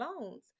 loans